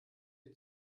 die